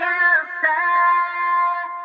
outside